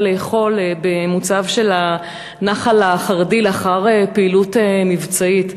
לאכול במוצב של הנח"ל החרדי לאחר פעילות מבצעית.